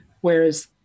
Whereas